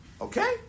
okay